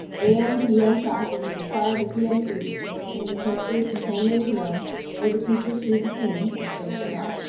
a m. p m. classes would require the p m. students to work in a potentially contaminated room or the teachers to do the cleaning, which they should not.